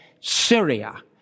Syria